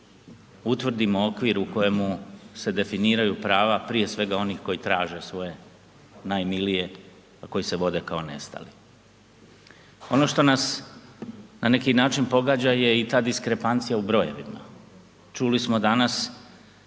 utvrdimo okvir u kojemu se definiraju prava prije svega onih koji traže svoje najmilije, a koji se vode kao nestali. Ono što nas na neki način pogađa je i ta diskrepancija u brojevima. Čuli smo danas